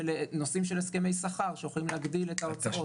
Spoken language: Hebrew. נושאים של הסכמי שכר שיכולים להגדיל את ההוצאות.